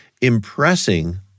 impressing